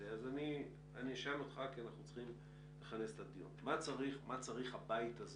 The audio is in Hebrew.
אז אני אשאל אותך כי אנחנו צריכים לכנס את הדיון: מה צריך הבית הזה